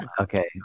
okay